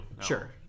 Sure